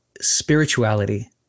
spirituality